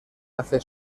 hace